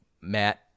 Matt